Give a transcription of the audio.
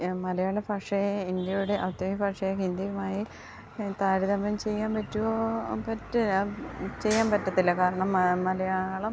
ഞാൻ മലയാള ഭാഷയെ ഇന്ത്യയുടെ ഔദ്യോഗിക ഭാഷയായ ഹിന്ദിയുമായി താരതമ്യം ചെയ്യാൻ പറ്റുമോ പറ്റില്ല ചെയ്യാൻ പറ്റത്തില്ല കാരണം മലയാളം